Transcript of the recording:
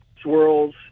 swirls